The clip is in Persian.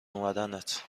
اومدنت